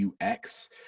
UX